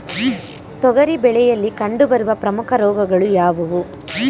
ತೊಗರಿ ಬೆಳೆಯಲ್ಲಿ ಕಂಡುಬರುವ ಪ್ರಮುಖ ರೋಗಗಳು ಯಾವುವು?